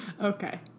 Okay